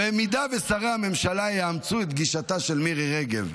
אם שרי הממשלה יאמצו את גישתה של מירי רגב,